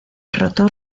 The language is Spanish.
rotor